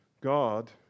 God